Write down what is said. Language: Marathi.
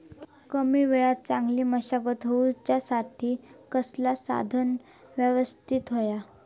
कमी वेळात चांगली मशागत होऊच्यासाठी कसला साधन यवस्तित होया?